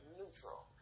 neutral